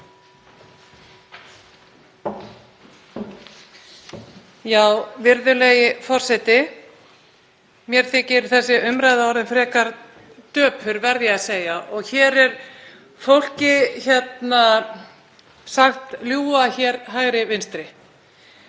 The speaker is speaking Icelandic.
Virðulegi forseti. Mér þykir þessi umræða orðin frekar döpur, verð ég að segja, og hér er fólk sagt ljúga hægri vinstri.